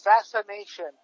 assassination